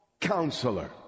counselor